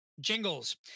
jingles